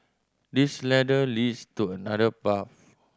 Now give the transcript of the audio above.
this ladder leads to another path